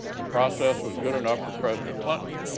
the process was good enough for president clinton.